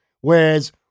Whereas